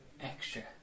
extra